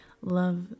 love